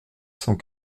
cent